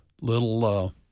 little –